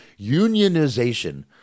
Unionization